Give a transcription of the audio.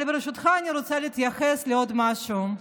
אבל ברשותך, אני רוצה להתייחס לעוד משהו.